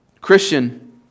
Christian